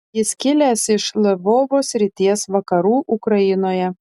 jis kilęs iš lvovo srities vakarų ukrainoje